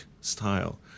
style